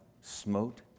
smote